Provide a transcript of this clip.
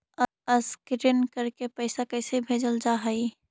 Scan करके पैसा कैसे भेजल जा हइ?